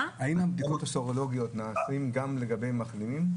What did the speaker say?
האם הבדיקות הסרולוגיות נעשות גם למחלימים?